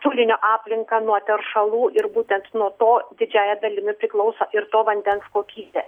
šulinio aplinką nuo teršalų ir būtent nuo to didžiąja dalimi priklauso ir to vandens kokybė